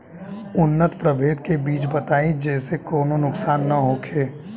उन्नत प्रभेद के बीज बताई जेसे कौनो नुकसान न होखे?